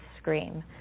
scream